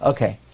Okay